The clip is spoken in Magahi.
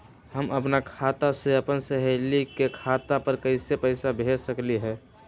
हम अपना खाता से अपन सहेली के खाता पर कइसे पैसा भेज सकली ह?